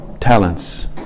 talents